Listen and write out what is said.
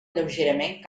lleugerament